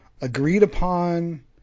agreed-upon